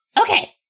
Okay